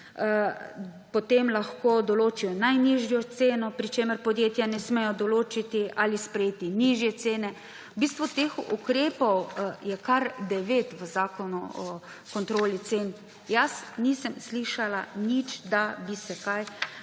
Potem lahko določijo najnižjo ceno, pri čemer podjetja ne smejo določiti ali sprejeti nižje cene. V bistvu teh ukrepov je kar devet v Zakonu o kontroli cen. Jaz nisem slišala nič, da bi se kaj